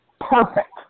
perfect